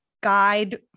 guide